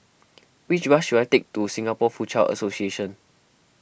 which bus should I take to Singapore Foochow Association